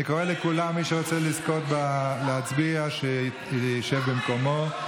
אני קורא לכולם: מי שרוצה להצביע, שישב במקומו.